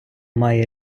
має